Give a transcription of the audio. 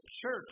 church